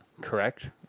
Correct